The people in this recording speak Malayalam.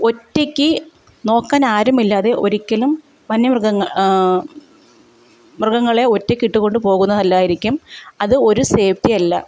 ഒറ്റയ്ക്ക് നോക്കാൻ ആരുമില്ലാതെ ഒരിക്കലും വന്യ മൃഗങ്ങളെ മൃഗങ്ങളെ ഒറ്റയ്ക്ക് ഇട്ടു കൊണ്ട് പോകുന്നതല്ലായിരിക്കും അത് ഒരു സേഫ്റ്റി അല്ല